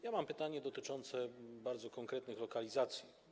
Ja mam pytanie dotyczące bardzo konkretnych lokalizacji.